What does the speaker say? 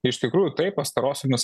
iš tikrųjų taip pastarosiomis